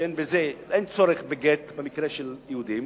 שאין צורך בגט, במקרה של יהודים,